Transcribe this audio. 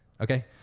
Okay